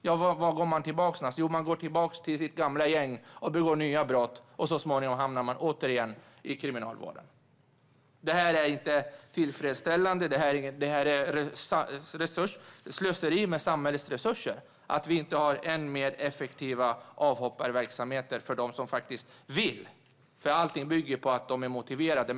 Vad gör man då? Jo, man går tillbaka till sitt gamla gäng och begår nya brott, och så småningom hamnar man återigen i kriminalvården. Detta är inte tillfredsställande. Det är ett slöseri med samhällets resurser att vi inte har mer effektiva avhopparverksamheter för dem som faktiskt vill delta i sådana. Allt bygger nämligen på att de är motiverade.